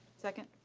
second.